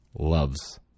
loves